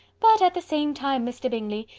but at the same time, mr. bingley,